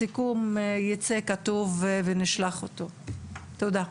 הסיכום ייצא כתוב ונשלח אותו, תודה.